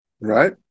Right